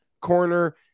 corner